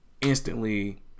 instantly